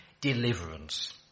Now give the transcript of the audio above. Deliverance